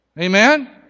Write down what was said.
Amen